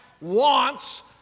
wants